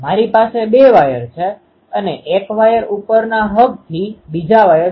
આપણે પહેલેથી જ જોયું છે કે તે દૂરનું ક્ષેત્ર Eθ દિશામાં છે